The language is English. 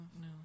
No